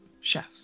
chef